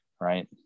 right